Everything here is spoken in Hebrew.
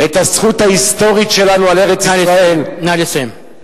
הזכות ההיסטורית שלנו על ארץ-ישראל, נא לסיים.